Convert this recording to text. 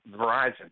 Verizon